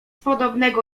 podobnego